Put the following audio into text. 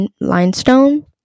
limestone